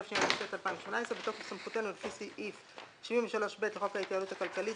התשע"ט-2018 בתוקף סמכותנו על פי סעיף 72ב לחוק ההתייעלות הכלכלית